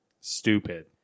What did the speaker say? stupid